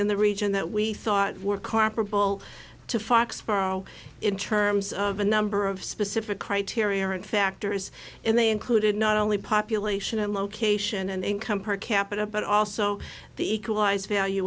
in the region that we thought were comparable to fox borrow in terms of a number of specific criteria and factors and they included not only population and location and income per capita but also the equalize valu